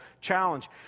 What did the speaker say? challenge